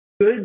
Good